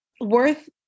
worth